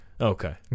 Okay